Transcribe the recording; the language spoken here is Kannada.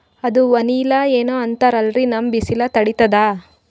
ಅದು ವನಿಲಾ ಏನೋ ಅಂತಾರಲ್ರೀ, ನಮ್ ಬಿಸಿಲ ತಡೀತದಾ?